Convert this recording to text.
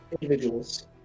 individuals